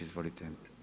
Izvolite!